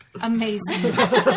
amazing